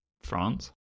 France